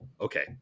Okay